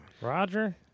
Roger